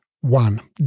One